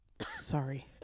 Sorry